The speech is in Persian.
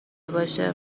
باشه